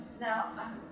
Now